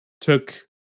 took